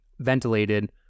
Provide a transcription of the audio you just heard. ventilated